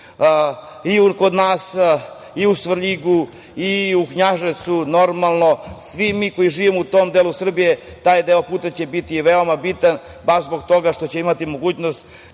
kod nas u Svrljigu, u Knjaževcu. Svi mi koji živimo u tom delu Srbije, taj deo puta će biti veoma bitan baš zbog toga što će imati mogućnost